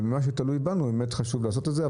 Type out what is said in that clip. אבל במה שתלוי בנו באמת חשוב לעשות את זה.